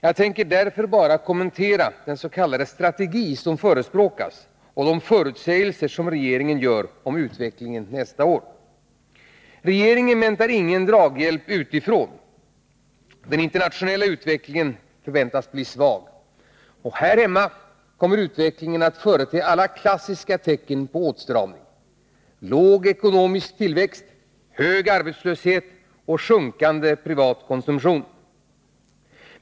Jag tänker därför bara kommentera den s.k. strategi som förespråkas och de förutsägelser som regeringen gör om utvecklingen nästa år. Regeringen väntar ingen draghjälp utifrån. Den internationella utvecklingen förväntas bli svag. Här hemma kommer utvecklingen att förete alla klassiska tecken på åtstramning: låg ekonomisk tillväxt, hög arbetslöshet och sjunkande privat konsumtion.